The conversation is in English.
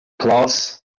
plus